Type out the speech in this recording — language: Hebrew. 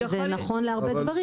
זה נכון להרבה דברים,